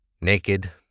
Naked